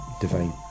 divine